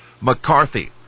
McCarthy